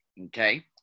okay